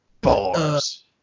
Bars